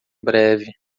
breve